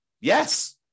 Yes